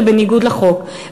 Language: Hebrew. זה בניגוד לחוק.